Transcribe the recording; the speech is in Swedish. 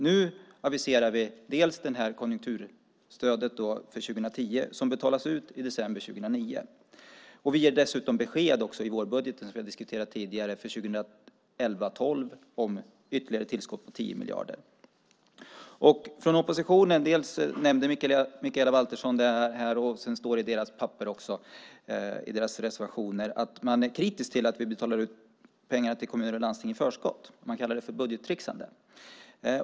Nu aviserar vi konjunkturstödet för 2010. Detta betalas ut i december 2009. Dessutom ger vi i vårbudgeten, som vi tidigare diskuterat, besked om ett tillskott på ytterligare 10 miljarder för 2011/12. När det gäller oppositionen har Mikaela Valtersson nämnt - om detta står det också i deras reservationer - att man är kritisk till att vi i förskott betalar ut pengar till kommuner och landsting. Man kallar detta för budgettricksande.